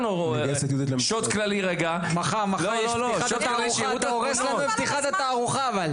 מחר תתקיים פתיחת התערוכה.